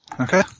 Okay